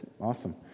Awesome